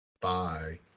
Bye